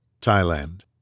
Thailand